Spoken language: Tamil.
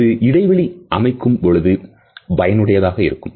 அது இடைவெளி அமைக்கும் பொழுது பயனுடையதாக இருக்கும்